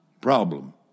problem